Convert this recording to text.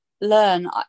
learn